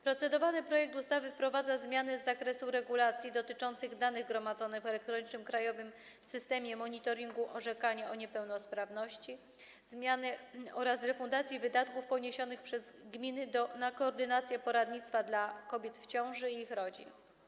Procedowany projekt ustawy wprowadza zmiany w zakresie regulacji dotyczących danych gromadzonych w Elektronicznym Krajowym Systemie Monitoringu Orzekania o Niepełnosprawności oraz refundacji wydatków poniesionych przez gminy na koordynację poradnictwa dla kobiet w ciąży i ich rodzin.